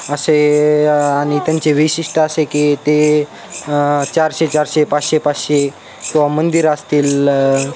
असे आणि त्यांची विशिष्ट असे की ते चारशे चारशे पाचशे पाचशे किंवा मंदिरं असतील